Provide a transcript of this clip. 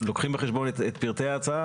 מבחינת העיר.